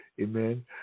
amen